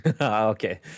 okay